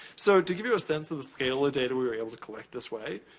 so, to give you a sense of the scale of data we were able to collect this way,